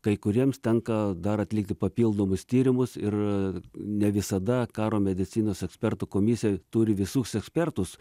kai kuriems tenka dar atlikti papildomus tyrimus ir ne visada karo medicinos ekspertų komisija turi visus ekspertus